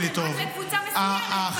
הייתם בשלטון, תשנו את זה, נו, מה?